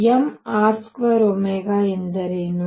mR2ಎಂದರೇನು